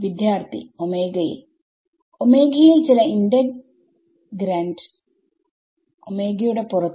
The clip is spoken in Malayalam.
വിദ്യാർത്ഥി ൽ ൽ ചില ഇന്റഗ്രൻഡ് യുടെ പുറത്ത്